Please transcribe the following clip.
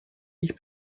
ich